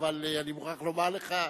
אני מוכרח לומר לך,